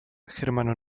germano